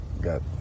got